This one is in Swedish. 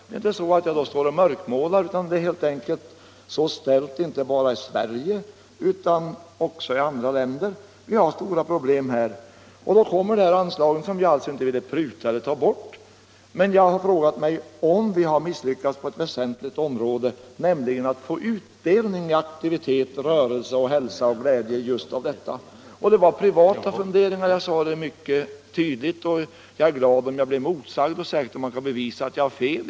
Det är inte så att jag står och mörkmålar, utan det är helt enkelt så ställt, inte bara i Sverige utan också i andra länder. Vi har stora problem här. Så kommer detta anslag, som vi alltså inte ville pruta eller ta bort. Men jag har frågat mig om vi har misslyckats på ett väsentligt område, nämligen när det gäller att få utdelning av detta i aktivitet, rörelse, hilsa. Det var privata funderingar — jag sade det mycket tydligt — och jag är glad om jag blir motsagd, särskilt om man kan bevisa att jag har fel.